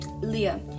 Leah